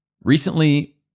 Recently